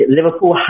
Liverpool